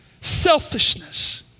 selfishness